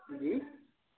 جی